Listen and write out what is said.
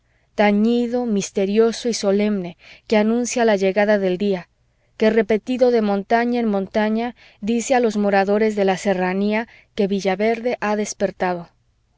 tañido misterioso y solemne que anuncia la llegada del día que repetido de montaña en montaña dice a los moradores de la serranía que villaverde ha despertado